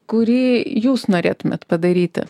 kurį jūs norėtumėt padaryti